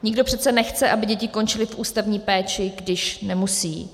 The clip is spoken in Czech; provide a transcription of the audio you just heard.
Nikdo přece nechce, aby děti končily v ústavní péči, když nemusí.